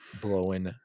blowing